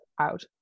out